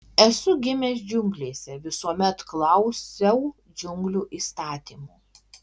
esu gimęs džiunglėse visuomet klausiau džiunglių įstatymų